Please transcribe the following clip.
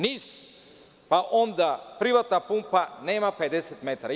NIS, pa onda privatna pumpa, nema 50 metara.